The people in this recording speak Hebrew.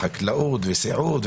חקלאות וסיעוד,